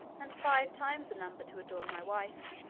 and five times the number to adorn my wife.